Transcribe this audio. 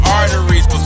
arteries